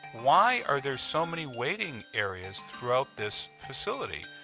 why are there so many waiting areas throughout this facility?